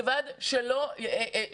ועם מינימום הדבקה.